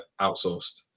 outsourced